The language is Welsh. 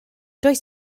does